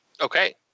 Okay